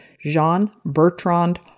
Jean-Bertrand